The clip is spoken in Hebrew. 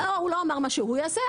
הוא לא אמר מה שהוא יעשה,